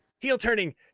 Heel-turning